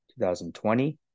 2020